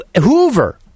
Hoover